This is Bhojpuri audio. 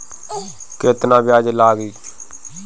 केतना ब्याज लागी?